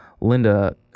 Linda